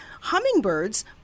Hummingbirds